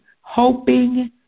hoping